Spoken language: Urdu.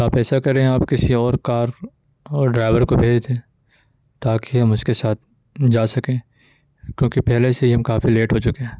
تو آپ ایسا کریں آپ کسی اور کار اور ڈرائیور کو بھیج دیں تاکہ ہم اس کے ساتھ جا سکیں کیوں کہ پہلے سے ہی ہم کافی لیٹ ہو چکے ہیں